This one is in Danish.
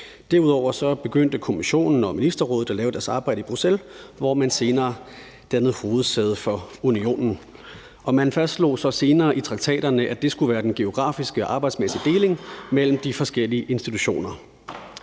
Derudover begyndte Kommissionen og Ministerrådet at lave deres arbejde i Bruxelles, hvor man senere dannede hovedsæde for Unionen. Man fastslog så senere i traktaterne, at det skulle være den geografiske og arbejdsmæssige deling mellem de forskellige institutioner.